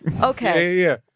Okay